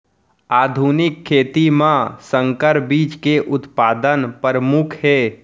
आधुनिक खेती मा संकर बीज के उत्पादन परमुख हे